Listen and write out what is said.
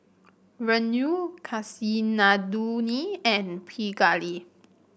Renu Kasinadhuni and Pingali